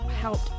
helped